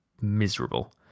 miserable